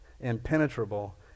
impenetrable